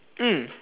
mm